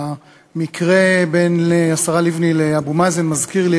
המקרה בין השרה לבני לאבו מאזן מזכיר לי,